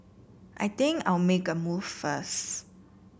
I think I'll make a move first